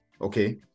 okay